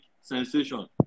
sensation